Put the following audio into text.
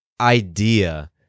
idea